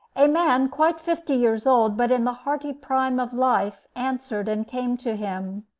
a man, quite fifty years old, but in the hearty prime of life, answered and came to him.